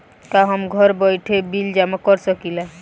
का हम घर बइठे बिल जमा कर शकिला?